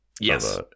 Yes